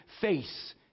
face